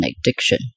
addiction